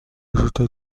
ajouta